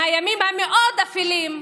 מהימים המאוד-אפלים,